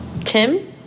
Tim